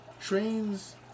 trains